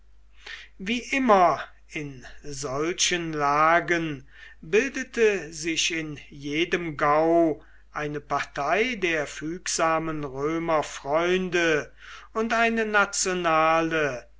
wie immer in solchen lagen bildete sich in jedem gau eine partei der fügsamen römerfreunde und eine nationale